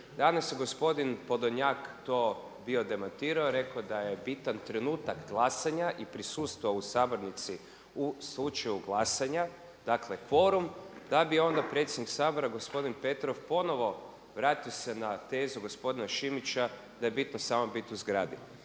Danas je gospodin Podolnjak to bio demantirao i rekao da je bitan trenutak glasanja i prisustva u sabornici u slučaju glasanja, dakle kvorum, da bi onda predsjednik Sabora, gospodin Petrov, ponovno vratio se na tezu gospodina Šimića da je bitno samo biti u zgradi.